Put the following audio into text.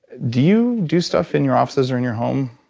do you do stuff in your offices or in your home?